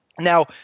Now